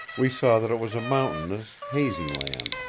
we saw that it was a mountainous, hazy land,